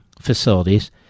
facilities